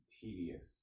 tedious